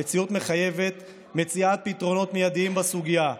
המציאות מחייבת מציאת פתרונות מיידיים בסוגיה,